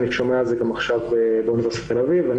אני שומע על זה גם עכשיו באוניברסיטת תל-אביב כאמור,